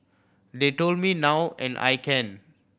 they told me now and I can